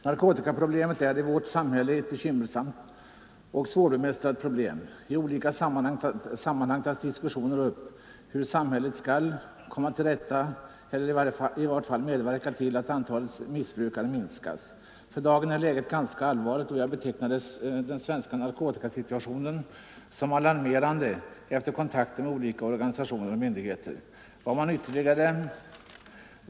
Narkotikaproblemet i vårt samhälle är bekymmersamt och svårbemästrat. I olika sammanhang tas diskussioner upp om hur samhället skall komma till rätta med problemet eller i vart fall medverka till att antalet missbrukare minskas. För dagen är läget ganska allvarligt, och jag betecknar den svenska narkotikasituationen som alarmerande efter kontakter med olika organisationer och myndigheter.